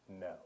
No